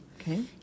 Okay